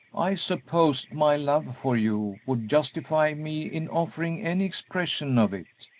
i supposed my love for you would justify me in offering any expression of it,